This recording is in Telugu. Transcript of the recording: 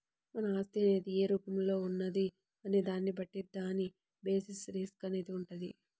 మన ఆస్తి అనేది ఏ రూపంలో ఉన్నది అనే దాన్ని బట్టి దాని బేసిస్ రిస్క్ అనేది వుంటది